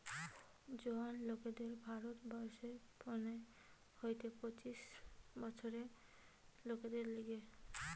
জোয়ান লোকদের ভারত বর্ষে পনের হইতে পঁচিশ বছরের লোকদের লিগে